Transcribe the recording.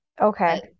Okay